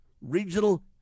regional